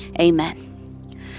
amen